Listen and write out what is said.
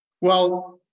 Well-